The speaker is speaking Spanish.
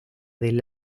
del